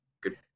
good